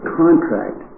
contract